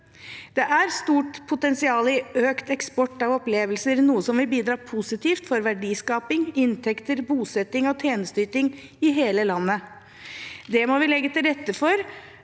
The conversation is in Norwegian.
Det er stort potensial for økt eksport av opplevelser, noe som vil bidra positivt for verdiskaping, inntekter, bosetting og tjenesteyting i hele landet. Det vi må legge til rette for,